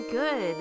good